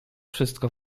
wszystko